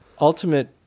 ultimate